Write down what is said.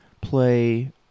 play